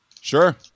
Sure